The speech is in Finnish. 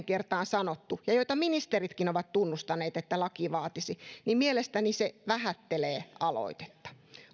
kertaan sanottu ja joita ministeritkin ovat tunnustaneet että laki vaatisi se mielestäni vähättelee aloitetta